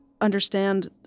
understand